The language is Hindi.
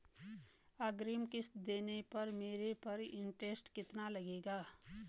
अग्रिम किश्त देने पर मेरे पर इंट्रेस्ट कितना लगेगा?